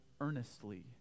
earnestly